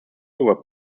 were